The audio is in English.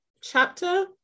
chapter